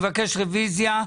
מבקש רוויזיה.